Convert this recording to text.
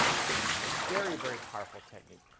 a very, very powerful technique.